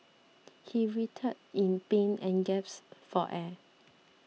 he writhed in pain and gasped for air